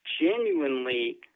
genuinely